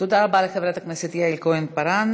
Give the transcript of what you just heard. תודה רבה לחברת הכנסת יעל כהן-פארן.